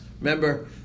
Remember